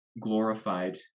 glorified